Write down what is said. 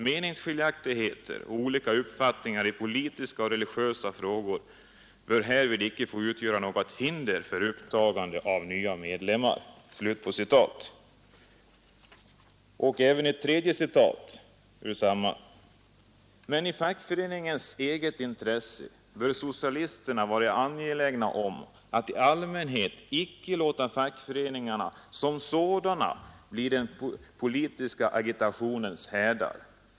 Meningsskiljaktigheter och olika uppfattningar i politiska och religiösa frågor böra härvid icke få utgöra något hinder för upptagande av nya medlemmar.” Ett tredje avsnitt lyder: ”Men i fackföreningens eget intresse böra socialisterna vara angelägna om att i allmänhet icke låta fackföreningarna som sådana bli den Politiska agitationens härdar.